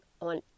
on